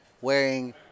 wearing